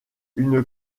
une